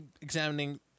examining